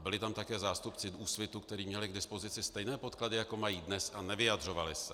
Byli tam také zástupci Úsvitu, kteří měli k dispozici stejné podklady, jako mají dnes, a nevyjadřovali se.